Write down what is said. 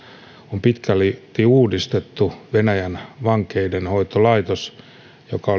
on pitkälti uudistettu venäjän vankeinhoitolaitos joka